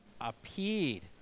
appeared